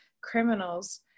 criminals